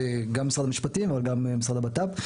גם משרד המשפטים וגם המשרד לביטחון לאומי.